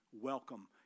welcome